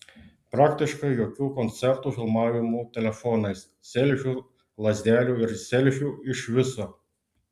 praktiškai jokių koncertų filmavimų telefonais selfių lazdelių ir selfių iš viso